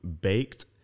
Baked